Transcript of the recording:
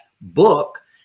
book